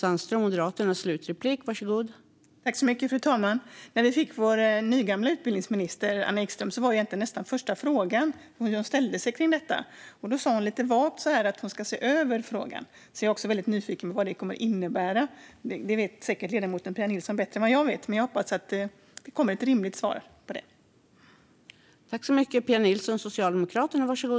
Fru talman! När vi fick vår nygamla utbildningsminister Anna Ekström var nästan den första frågan hur hon ställde sig till detta, och hon sa lite vagt att hon ska se över frågan. Jag är väldigt nyfiken på vad det kommer att innebära. Det vet säkert ledamoten Pia Nilsson bättre än vad jag vet, men jag hoppas att det kommer ett rimligt svar på frågan.